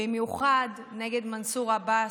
במיוחד נגד מנסור עבאס,